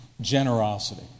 generosity